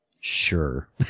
Sure